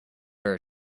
her